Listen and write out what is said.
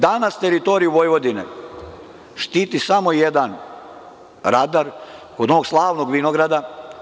Danas teritoriju Vojvodine štiti samo jedan radar kod onog slavnog vinograda.